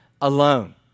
alone